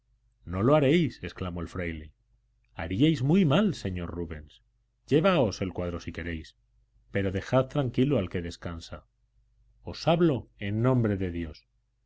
no lo haréis exclamó el fraile haríais muy mal señor rubens llevaos el cuadro si queréis pero dejad tranquilo al que descansa os hablo en nombre de dios